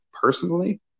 personally